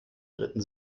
ritten